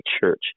church